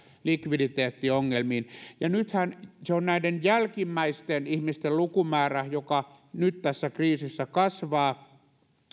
likviditeettiongelmiin sehän on näiden jälkimmäisten ihmisten lukumäärä joka nyt tässä kriisissä kasvaa